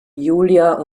julia